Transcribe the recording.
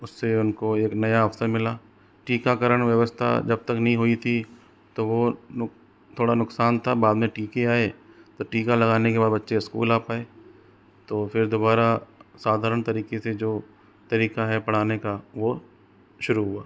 उससे उनको एक नया अवसर मिला टीकाकरण व्यवस्था जब तक नहीं हुई थी तो वह नुक थोड़ा नुकसान था बाद में टीके आए तो टीका लगाने के बाद बच्चे स्कूल आ पाए तो फिर दोबारा साधारण तरीके से जो तरीका है पढ़ाने का वो शुरू हुआ